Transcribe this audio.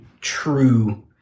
True